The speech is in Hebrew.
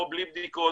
או בלי בדיקות,